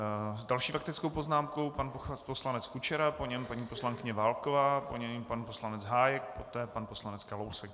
S další faktickou poznámkou pan poslanec Kučera, po něm paní poslankyně Válková, po ní pan poslanec Hájek, poté pan poslanec Kalousek.